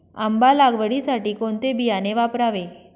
आंबा लागवडीसाठी कोणते बियाणे वापरावे?